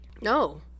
No